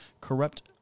corrupt